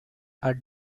are